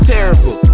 Terrible